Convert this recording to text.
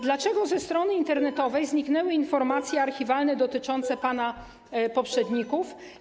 Dlaczego ze strony internetowej zniknęły informacje archiwalne dotyczące pana poprzedników?